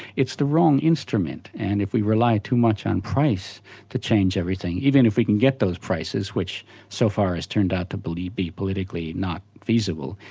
it's the wrong instrument, and if we rely too much on price to change everything, even if we can get those prices, which so far has turned out to be politically not feasible,